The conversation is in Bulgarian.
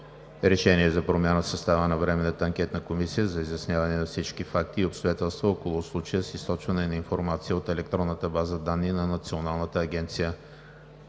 РЕШЕНИЕ за промяна в състава на Временната анкетна комисия за изясняване на всички факти и обстоятелства около случая с източване на информация от електронната база данни на Националната агенция